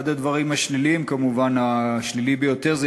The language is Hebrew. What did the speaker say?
אחד הדברים השליליים, כמובן השלילי ביותר, זה